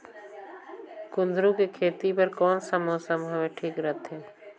कुंदूरु के खेती बर कौन सा मौसम हवे ठीक रथे?